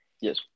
Yes